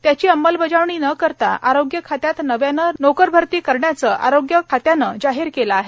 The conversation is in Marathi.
त्याची अंमलबजावणी न करता आरोग्य खात्यात नव्याने नोकर भरती करण्याचे आरोग्य खात्याने जाहीर केले आहे